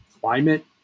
climate